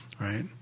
right